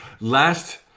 Last